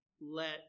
let